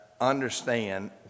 understand